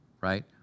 right